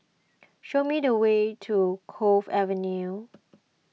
show me the way to Cove Avenue